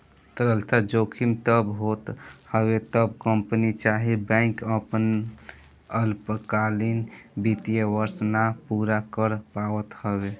तरलता जोखिम तब होत हवे जब कंपनी चाहे बैंक आपन अल्पकालीन वित्तीय वर्ष ना पूरा कर पावत हवे